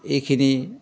এইখিনি